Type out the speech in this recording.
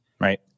right